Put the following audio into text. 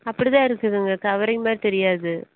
அப்படி தான் இருக்குதுங்க கவரிங் மாதிரி தெரியாது